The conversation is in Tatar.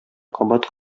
кабат